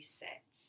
set